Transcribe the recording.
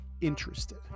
interested